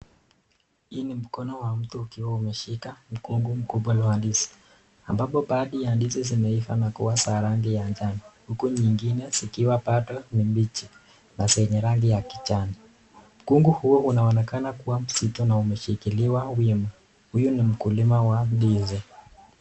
Hii ni mkono wa mtu ukiwa umeshika mkungu mkubwa wa ndizi, ambapo baadhi ya ndizi zimeiva na kuwa za rangi ya njano huku zingine zikiwa bado ni mbichi na zenye rangi ya kijani. Mkungu huo unaonekana kuwa mzito na umeshikiliwa wima, huyu ni mkulima wa ndizi.